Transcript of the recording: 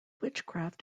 witchcraft